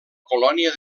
colònia